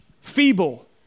feeble